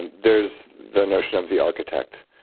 and there's the notion of the architect.